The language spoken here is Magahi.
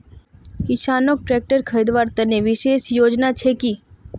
किसानोक ट्रेक्टर खरीदवार तने विशेष योजना छे कि?